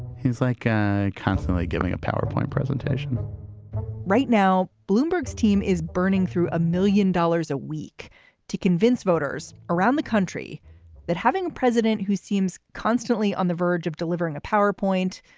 he's like constantly giving a powerpoint presentation right now bloomberg's team is burning through a million dollars a week to convince voters around the country that having a president who seems constantly on the verge of delivering a powerpoint,